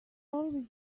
always